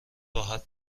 راحت